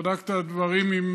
שבדק את הדברים עם